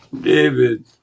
David